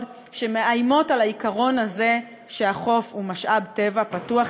מאיימות על העיקרון הזה שהחוף הוא משאב טבע פתוח,